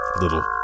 little